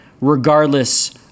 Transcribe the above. regardless